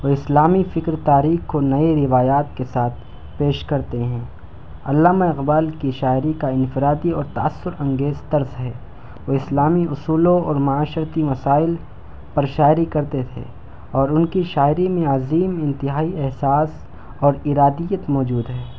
وہ اسلامی فکر تاریخ کو نئے روایات کے ساتھ پیش کرتے ہیں علامہ اقبال کی شاعری کا انفرادی اور تاثرانگیز طرز ہے وہ اسلامی اصولوں اور معاشرتی مسائل پر شاعری کرتے تھے اور ان کی شاعری میں عظیم انتہائی احساس اور ارادیت موجود ہے